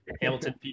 Hamilton